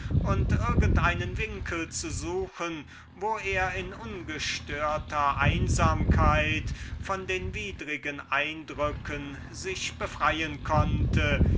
und an einen ort zu begeben wo er in ungestörter einsamkeit sich von den widrigen eindrücken befreien konnte